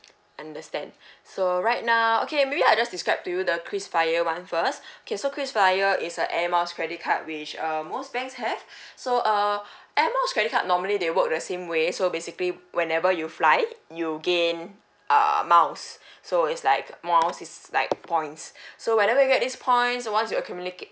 understand so right now okay maybe I just describe to you the kris flyer one first okay so kris flyer is a air miles credit card which um most banks have so uh air miles credit card normally they work the same way so basically whenever you fly you gain err miles so it's like miles is like points so whenever you get this points once you accumulate it